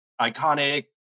iconic